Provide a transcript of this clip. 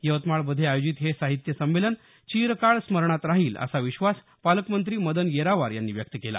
यवतमाळमध्ये आयोजित हे साहित्य संमेलन चिरकाळ स्मरणात राहील असा विश्वास पालकमंत्री मदन येरावार यांनी व्यक्त केला